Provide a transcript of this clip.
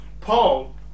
Paul